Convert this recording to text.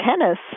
tennis